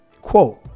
Quote